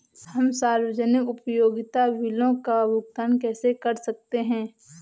हम सार्वजनिक उपयोगिता बिलों का भुगतान कैसे कर सकते हैं?